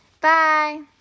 Bye